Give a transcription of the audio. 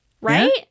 Right